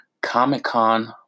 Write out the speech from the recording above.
comic-con